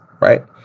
right